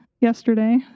yesterday